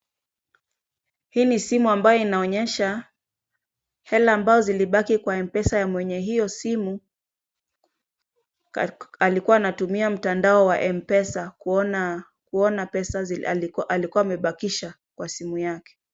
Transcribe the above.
Hii ni simu ambayo inaonesha hela ambao zilibaki kwa mpesa ya mwenye hiyo simu. Alikuwa anatumia mtandao wa mpesa kuona pesa alikuwa amebakisha kwa simu yake